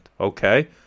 Okay